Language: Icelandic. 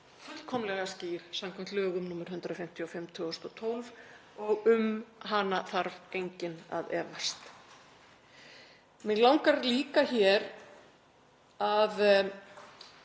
fullkomlega skýr samkvæmt lögum nr. 155/2012 og um hana þarf enginn að efast. Mig langar líka aðeins